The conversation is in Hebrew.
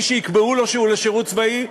מי שיקבעו לו שהוא לשירות צבאי,